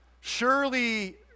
Surely